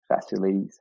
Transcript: facilities